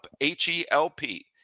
H-E-L-P